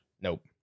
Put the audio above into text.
Nope